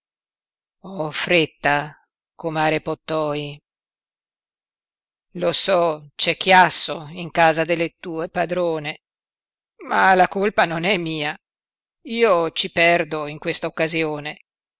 ho fretta comare pottoi lo so c'è chiasso in casa delle tue padrone ma la colpa non è mia io ci perdo in questa occasione